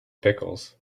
pickles